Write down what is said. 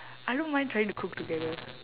I don't mind trying to cook together